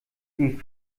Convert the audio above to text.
die